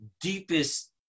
deepest